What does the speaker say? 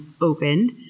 opened